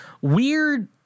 weird